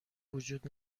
وجود